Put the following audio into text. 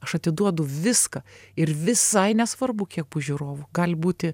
aš atiduodu viską ir visai nesvarbu kiek bus žiūrovų gali būti